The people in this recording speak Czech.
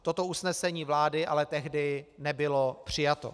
Toto usnesení vlády ale tehdy nebylo přijato.